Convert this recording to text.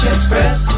Express